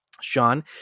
Sean